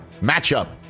matchup